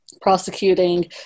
prosecuting